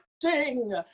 ding